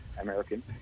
American